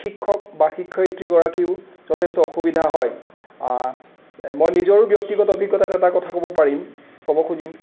শিক্ষক বা শিক্ষয়িত্ৰী গৰাকীও যথেষ্ট অসুবিধা হয় মই নিজৰো ব্যক্তিগত অভজ্ঞতাত এটা কথা ক'ব পাৰিম ক'ব খুজিম